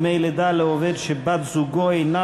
דמי לידה לעובד שבת-זוגו אינה